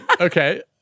Okay